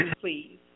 please